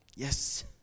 Yes